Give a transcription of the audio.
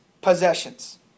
possessions